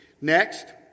Next